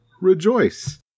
Rejoice